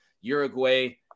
Uruguay